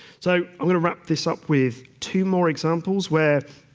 so, i'm going to wrap this up with two more examples where